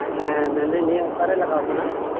ᱦᱮᱸ ᱞᱟᱹᱭ ᱫᱟᱹᱧ ᱱᱤᱭᱟᱹ ᱚᱠᱟᱨᱮ ᱞᱟᱜᱟᱣ ᱠᱟᱱᱟ